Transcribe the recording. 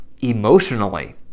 emotionally